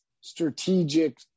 strategic